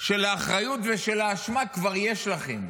של האחריות ושל האשמה כבר יש לכם.